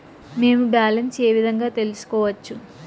మేము బ్యాలెన్స్ ఏ విధంగా తెలుసుకోవచ్చు?